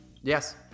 Yes